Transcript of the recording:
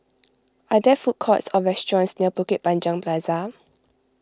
are there food courts or restaurants near Bukit Panjang Plaza